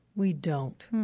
we don't